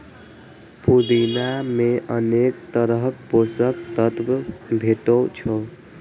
पुदीना मे अनेक तरहक पोषक तत्व भेटै छै